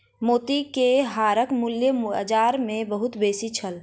मोती के हारक मूल्य बाजार मे बहुत बेसी छल